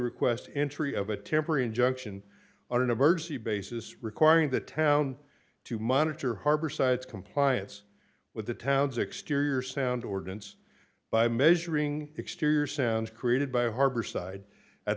request entry of a temporary injunction on an emergency basis requiring the town to monitor harborside compliance with the town's exterior sound ordinance by measuring exterior sands created by harborside at